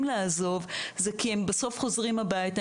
לעזוב זה כי הם בסוף חוזרים הביתה,